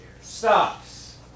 stops